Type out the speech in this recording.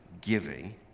giving